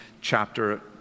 chapter